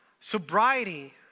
Sobriety